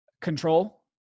control